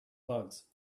bugs